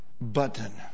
button